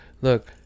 look